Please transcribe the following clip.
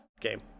game